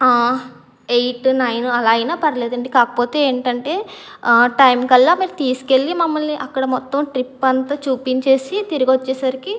eight nine అలా అయినా పర్లేదండి కాకపోతే ఏంటంటే ఆ టైం కల్లా మీరు తీసుకెళ్ళి మమ్మల్ని అక్కడ మొత్తం ట్రిప్ అంతా చూపించేసి తిరిగి వచ్చేసరికి